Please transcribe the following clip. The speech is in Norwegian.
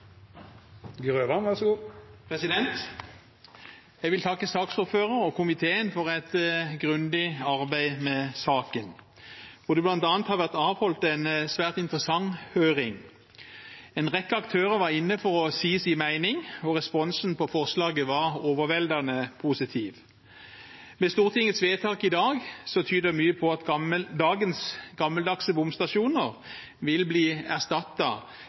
har vært avholdt en svært interessant høring. En rekke aktører var inne for å si sin mening, og responsen på forslaget var overveldende positiv. Med Stortingets vedtak i dag tyder mye på at dagens gammeldagse bomstasjoner vil bli